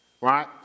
right